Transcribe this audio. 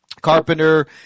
Carpenter